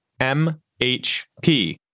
MHP